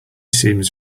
seems